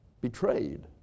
betrayed